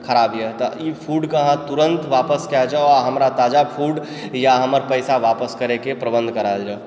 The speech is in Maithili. खराब यऽ तऽ ई फुड के अहाँ तुरन्त वापस कएल जाउ आ हमरा ताजा फुड या हमर पैसा वापस करय के प्रबन्ध कराएल जाओ